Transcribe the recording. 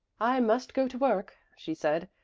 i must go to work, she said,